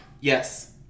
Yes